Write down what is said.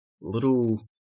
little